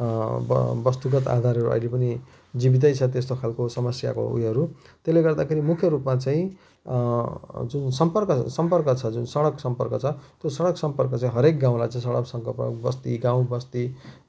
अब वस्तुगत आधार अहिले पनि जीवितै छ त्यस्तो खालको समस्याको उयोहरू त्यसले गर्दाखेरि मुख्य रूपमा चाहिँ जुन सम्पर्क सम्पर्क छ जुन सडक सम्पर्क छ त्यो सडक सम्पर्क चाहिँ हरेक गाउँलाई चाहिँ सडक सम्पर्क बस्ती गाउँबस्ती